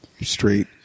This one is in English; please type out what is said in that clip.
straight